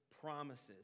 promises